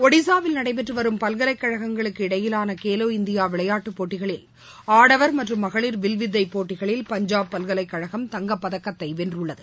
ஒடிசாவில் நடைபெற்று வரும் பல்கலைக் கழகங்களுக்கு இடையிலாள கேலோ இந்தியா விளையாட்டுப் போட்டிகளில் ஆடவர் மற்றும் மகளிர் வில்வித்தை போட்டிகளில் பஞ்சாப் பல்கலைக் கழகம் தங்கப் பதக்கத்தை வென்றுள்ளது